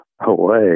away